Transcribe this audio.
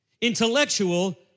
Intellectual